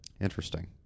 Interesting